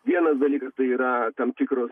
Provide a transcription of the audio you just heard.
vienas dalykas tai yra tam tikros